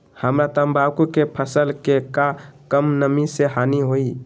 हमरा तंबाकू के फसल के का कम नमी से हानि होई?